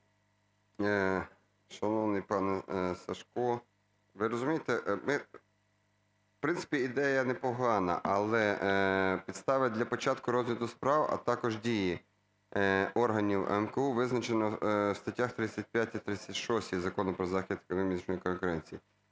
А.В. Шановний пане Сажко, ви розумієте, в принципі ідея непогана, але підстави для початку розгляду справ, а також дії органів АМКУ визначено в статтях 35 і 36 Закону "Про захист економічної конкуренції".